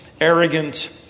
arrogant